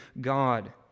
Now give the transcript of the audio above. God